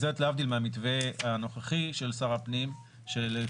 זאת להבדיל מהמתווה הנוכחי של שר הפנים שלפיו